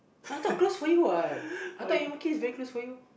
I thought close for you what I thought M_R_T is very close for you